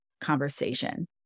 conversation